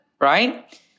right